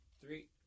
three